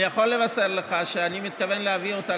אני יכול לבשר לך שאני מתכוון להביא אותה